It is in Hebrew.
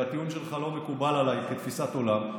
הטיעון שלך לא מקובל עליי כתפיסת עולם.